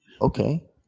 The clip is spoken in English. Okay